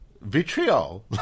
vitriol